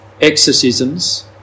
exorcisms